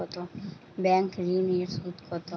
Bank ঋন এর সুদ কত?